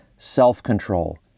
self-control